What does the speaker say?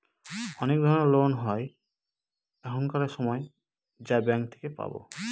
অনেক ধরনের লোন হয় এখানকার সময় যা ব্যাঙ্কে থেকে পাবো